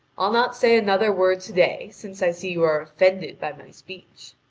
i'll not say another word to-day, since i see you are offended by my speech.